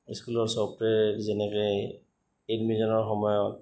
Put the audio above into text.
স্কুলৰ ছফ্টৱেৰ যেনেকে এডমিছনৰ সময়ত